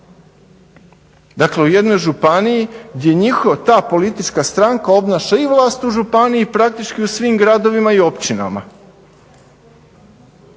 Dakle, u jednoj županiji gdje njihova ta politička stranka obnaša i vlast u županiji, praktički u svim gradovima i općinama.